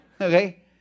Okay